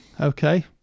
Okay